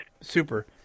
Super